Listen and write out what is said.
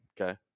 Okay